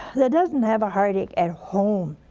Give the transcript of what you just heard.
that doesn't have a heartache at home